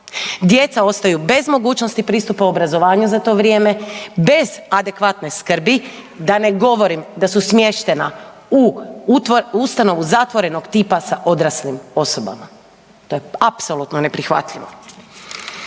djeca ostaju bez mogućnosti pristupa obrazovanju za to vrijeme, bez adekvatne skrbi, da ne govorim da su smještena u ustanovu zatvorenog tipa sa odraslim osobama. To je apsolutno neprihvatljivo.